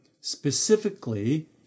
specifically